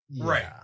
Right